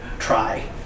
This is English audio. Try